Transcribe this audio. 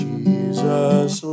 Jesus